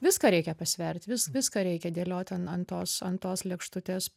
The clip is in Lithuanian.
viską reikia pasvert vis viską reikia dėliot an an tos an tos lėkštutės